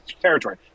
territory